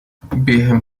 během